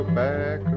back